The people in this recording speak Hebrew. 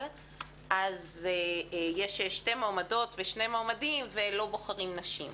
אז יש שתי מועמדות ושני מועמדים ולא בוחרים נשים,